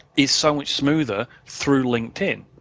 is so much smoother through linkedin.